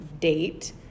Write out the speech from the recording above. date